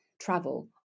travel